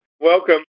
Welcome